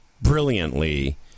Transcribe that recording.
brilliantly